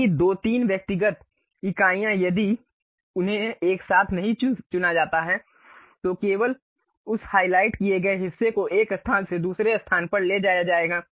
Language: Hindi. यदि दो तीन व्यक्तिगत इकाइयाँ यदि उन्हें एक साथ नहीं चुना जाता है तो केवल उस हाइलाइट किए गए हिस्से को एक स्थान से दूसरे स्थान पर ले जाया जाएगा